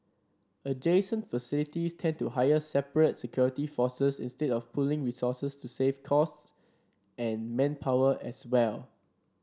adjacent facilities tend to hire separate security forces instead of pooling resources to save costs and manpower as well